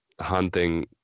Hunting